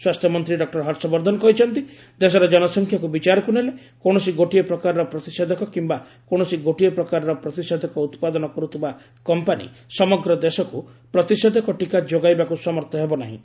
ସ୍ୱାସ୍ଥ୍ୟମନ୍ତ୍ରୀ ଡକୁର ହର୍ଷବର୍ଦ୍ଧନ କହିଛନ୍ତି ଦେଶର ଜନସଂଖ୍ୟାକୁ ବିଚାରକୁ ନେଲେ କୌଣସି ଗୋଟିଏ ପ୍ରକାରର ପ୍ରତିଷେଧକ କିମ୍ବା କୌଣସି ଗୋଟିଏ ପ୍ରକାରର ପ୍ରତିଷେଧକ ଉତ୍ପାଦନ କରୁଥିବା କମ୍ପାନି ସମଗ୍ର ଦେଶକୁ ପ୍ରତିଷେଧକ ଟିକା ଯୋଗାଇବାକୁ ସମର୍ଥ ହେବନାହିଁ